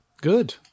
Good